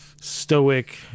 stoic